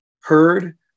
heard